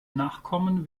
nachkommen